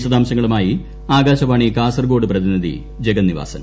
വിശദാംശങ്ങളുമായി ആകാശവാണി കാസർകോട് പ്രതിനിധി ജഗനിവാസൻ